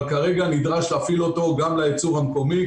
אבל כרגע נדרש להפעיל אותו גם לייצור המקומית,